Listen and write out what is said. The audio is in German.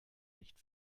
nicht